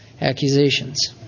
accusations